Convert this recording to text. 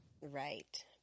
right